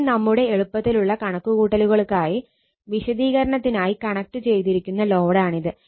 ഇനി നമ്മുടെ എളുപ്പത്തിലുള്ള കണക്കുകൂട്ടലുകൾക്കായി വിശദീകരണത്തിനായി കണക്റ്റു ചെയ്തിരിക്കുന്ന ലോഡാണിത്